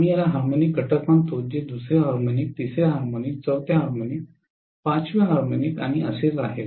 आम्ही याला हार्मोनिक घटक म्हणतो जे दुसरे हार्मोनिक तिसरे हार्मोनिक चौथे हार्मोनिक पाचवे हार्मोनिक आणि असेच आहे